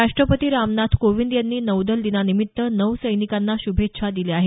राष्ट्रपती रामनाथ कोविंद यांनी नौदल दिनानिमित्त नौसैनिकांना श्रभेच्छा दिल्या आहे